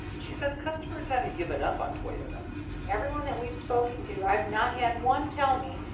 she says customers haven't given up on toyota everyone that we've spoken to, i've not had one tell me,